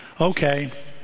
Okay